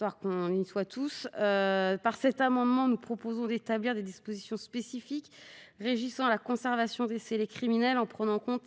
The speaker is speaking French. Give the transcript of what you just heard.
Par cet amendement, nous proposons des dispositions spécifiques pour régir la conservation des scellés criminels en prenant en compte